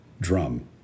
drum